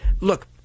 Look